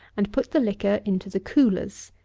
and put the liquor into the coolers.